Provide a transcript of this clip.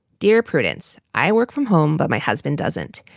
dear prudence, i work from home. but my husband doesn't.